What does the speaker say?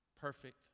Perfect